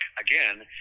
again